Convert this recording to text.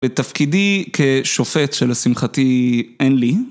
בתפקידי כשופט שלשמחתי אין לי